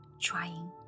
trying